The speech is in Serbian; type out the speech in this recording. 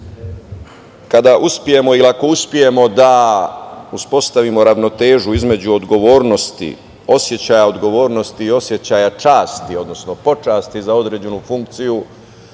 kada uspemo ili ako uspemo da uspostavimo ravnotežu između odgovornosti, osećaja odgovornosti i osećaja časti, odnosno počasti za određenu funkciju